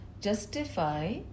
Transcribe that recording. justify